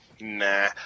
nah